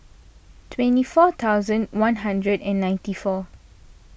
twenty four thousand one hundred and ninety four